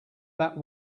that